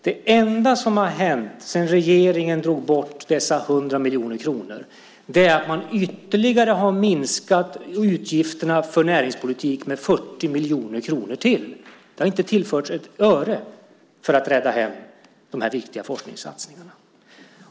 Det enda som har hänt sedan regeringen drog bort dessa 100 miljoner kronor är att man har minskat utgifterna för näringspolitik med ytterligare 40 miljoner kronor. Det har inte tillförts ett öre för att rädda de här viktiga forskningssatsningarna.